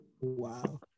wow